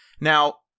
Now